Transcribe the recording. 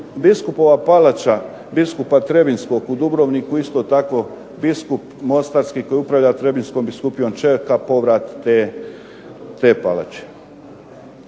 biskupova palača biskupa Trebinjskog u Dubrovniku, isto tako biskup mostarski koji upravlja Trebinjskom biskupijom čeka povrat te palače.